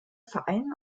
verein